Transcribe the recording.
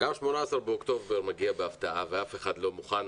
גם 18 באוקטובר מגיע בהפתעה ואף אחד לא מוכן